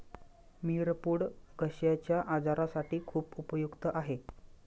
मिरपूड घश्याच्या आजारासाठी खूप उपयुक्त आहे